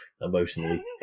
emotionally